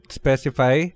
specify